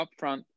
upfront